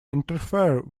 interfere